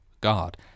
God